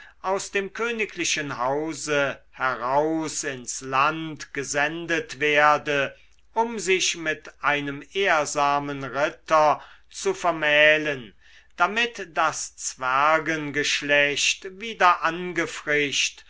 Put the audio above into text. aus dem königlichen hause heraus ins land gesendet werde um sich mit einem ehrsamen ritter zu vermählen damit das zwergengeschlecht wieder